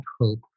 hope